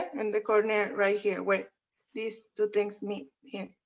in the corner right here where these two things meet. here.